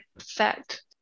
effect